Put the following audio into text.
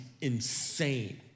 insane